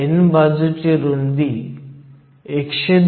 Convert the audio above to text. n बाजूची रुंदी 102